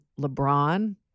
LeBron